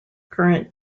current